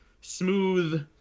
smooth